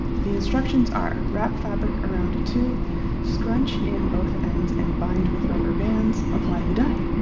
the instructions are, wrap fabric around a tube scrunch in both ends and bind with rubber bands. apply the dye.